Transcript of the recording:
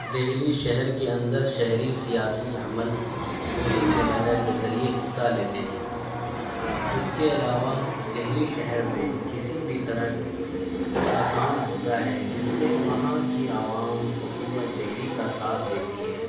دہلی شہر کے اندر شہری سیاسی عمل ووٹنگ وغیرہ کے ذریعے حصہ لیتے ہیں اس کے علاوہ دہلی شہر میں کسی بھی طرح کا کام ہوتا ہے جس سے وہاں کی عوام حکومت دہلی کا ساتھ دیتی ہے